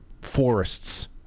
forests